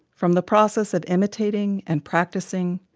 from the process of imitating and practicing,